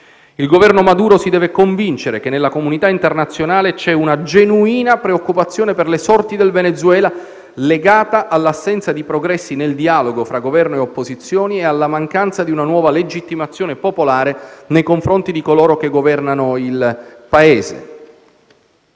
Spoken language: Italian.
Il Governo Maduro deve convincersi che nella comunità internazionale c'è una genuina preoccupazione per le sorti del Venezuela, legata all'assenza di progressi nel dialogo tra Governo e opposizioni e alla mancanza di una nuova legittimazione popolare nei confronti di coloro che governano il Paese.